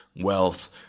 wealth